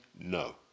No